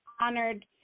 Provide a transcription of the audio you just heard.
honored